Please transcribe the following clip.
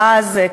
ואז,